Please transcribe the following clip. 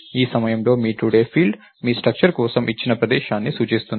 ఈ సమయంలో మీ టుడే ఫీల్డ్ మీరు స్ట్రక్చర్ కోసం ఇచ్చిన ప్రదేశాన్ని సూచిస్తోంది